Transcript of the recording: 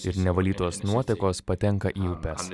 ir nevalytos nuotekos patenka į upes